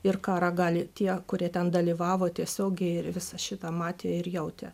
ir karą gali tie kurie ten dalyvavo tiesiogiai ir visą šitą matė ir jautė